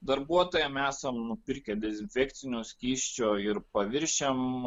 darbuotojam esam nupirkę dezinfekcinio skysčio ir paviršiam